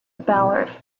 ballard